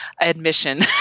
admission